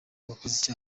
uwakoze